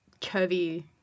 curvy